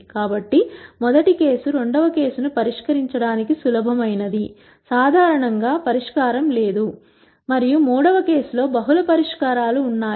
కాబట్టి మొదటి కేసు రెండవ కేసు ను పరిష్కరించడానికి సులభమైనది సాధారణంగా పరిష్కారం లేదు మరియు మూడవ కేసు లో బహుళ పరిష్కారాలు ఉన్నాయి